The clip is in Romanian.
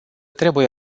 trebuie